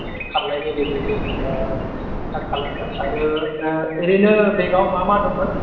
बे खालामनायनि गेजेरजों जोङो स्टार्ट खालामगोन आरो औरोनो बेगाव मा मा दंमोन